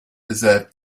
deserve